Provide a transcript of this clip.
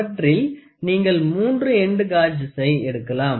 அவற்றில் நீங்கள் மூன்று எண்டு காஜஸ்சை எடுக்கலாம்